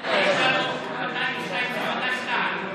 202 של חד"ש-תע"ל.